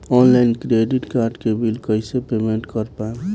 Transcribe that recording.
Online credit card के bill कइसे payment कर पाएम?